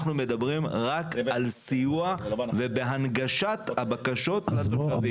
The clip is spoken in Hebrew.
אנחנו מדברים רק על סיוע ובהנגשת הבקשות לתושבים,